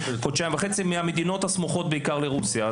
חודשיים וחצי מהמדינות הסמוכות בעיקר לרוסיה.